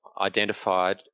identified